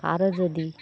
আরও যদি